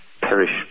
perish